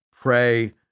pray